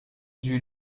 dut